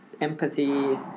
empathy